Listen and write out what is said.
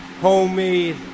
Homemade